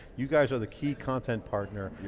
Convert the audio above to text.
you guys are the key content partner,